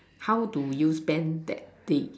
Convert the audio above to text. how do you spend that day